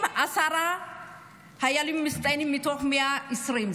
אם עשרה חיילים מצטיינים מתוך 120,